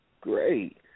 Great